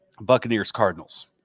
Buccaneers-Cardinals